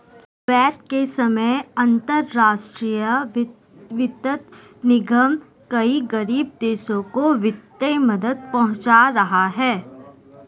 Kuwait के समय अंतरराष्ट्रीय वित्त निगम कई गरीब देशों को वित्तीय मदद पहुंचा रहा है